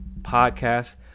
podcast